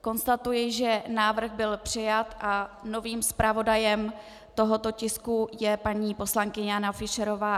Konstatuji, že návrh byl přijat a novým zpravodajem tohoto tisku je paní poslankyně Jana Fischerová.